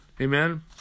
amen